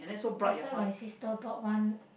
that's why my sister bought one